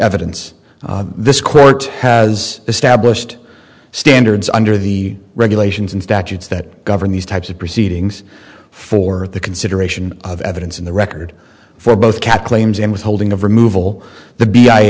evidence this court has established standards under the regulations and statutes that govern these types of proceedings for the consideration of evidence in the record for both cat claims and withholding of removal the b i